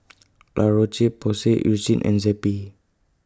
La Roche Porsay Eucerin and Zappy